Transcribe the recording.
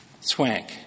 Swank